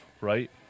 right